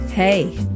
Hey